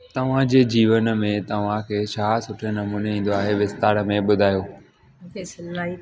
तव्हांजे जीवन में तव्हांखे छा सुठे नमूने ईंदो आहे विस्तार में ॿुधायो मूंखे सिलाई